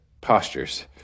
postures